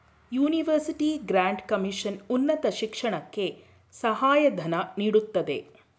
university grant commission ಉನ್ನತ ಶಿಕ್ಷಣಕ್ಕೆ ಸಹಾಯ ಧನ ನೀಡುತ್ತದೆ